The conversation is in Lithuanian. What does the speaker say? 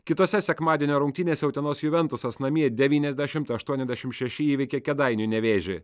kitose sekmadienio rungtynėse utenos juventus namie devyniasdešim aštuoniasdešim šeši įveikė kėdainių nevėžį